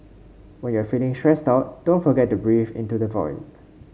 when you are feeling stressed out don't forget to breathe into the void